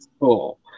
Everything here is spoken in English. Cool